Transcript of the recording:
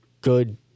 good